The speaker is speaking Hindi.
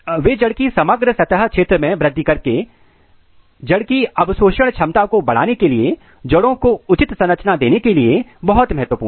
वे जड़ की समग्र सतह क्षेत्र में वृद्धि करके एक जड़ की अवशोषण क्षमता को बढ़ाने के लिए जड़ों को उचित संरचना देने के लिए बहुत महत्वपूर्ण हैं